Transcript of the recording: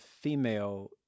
female